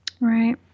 Right